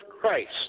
Christ